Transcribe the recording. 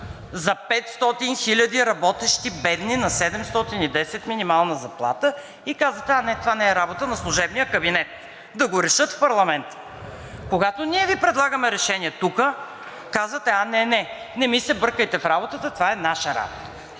за 500 хиляди работещи бедни на 710 лв. минимална заплата и казвате: а, не, това не е работа на служебния кабинет, да го решат в парламента. Когато ние Ви предлагаме решение тук, казвате: а, не, не, не ми се бъркайте в работата, това е наша работа.